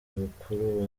mukuru